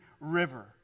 river